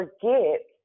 forget